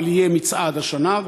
אבל יהיה מצעד השנה,